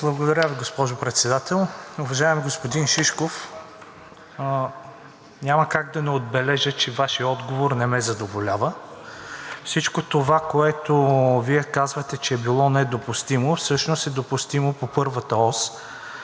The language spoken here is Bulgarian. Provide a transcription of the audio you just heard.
Благодаря Ви, госпожо Председател. Уважаеми господин Шишков, няма как да не отбележа, че Вашият отговор не ме задоволява. Всичко това, което Вие казвате, че било недопустимо, всъщност е допустимо по първата ос,